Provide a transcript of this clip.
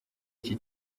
iki